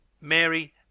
Mary